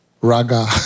raga